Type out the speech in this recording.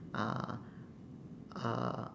uh uh